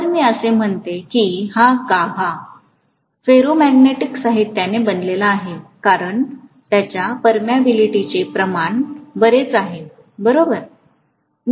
जर मी असे म्हणतो की ही गाभा फेरोमॅग्नेटिक साहित्याने बनलेला आहे कारण त्याच्या परमियाबिलिटीचे प्रमाण बरेच आहे बरोबर